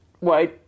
wait